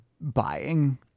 buying